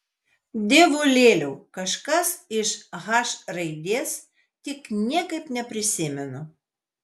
dievulėliau kažkas iš h raidės tik niekaip neprisimenu